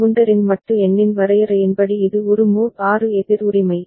கவுண்டரின் மட்டு எண்ணின் வரையறையின்படி இது ஒரு மோட் 6 எதிர் உரிமை